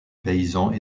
paysans